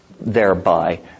thereby